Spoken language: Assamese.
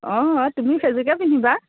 অঁ তুমিও সেইযোৰকে পিন্ধিবা